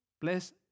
Bless